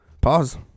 Pause